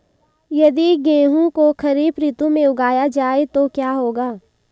यदि गेहूँ को खरीफ ऋतु में उगाया जाए तो क्या होगा?